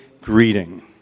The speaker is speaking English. greeting